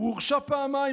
הוא הורשע פעמיים,